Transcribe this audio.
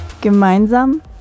Gemeinsam